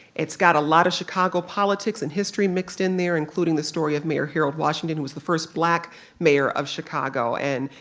it's got a lot of chicago politics and history mixed in there, including the story of mayor harold washington, who was the first black mayor of chicago and,